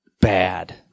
bad